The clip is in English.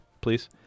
please